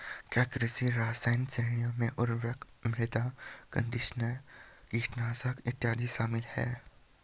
क्या कृषि रसायन श्रेणियों में उर्वरक, मृदा कंडीशनर, कीटनाशक इत्यादि शामिल हैं?